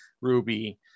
Ruby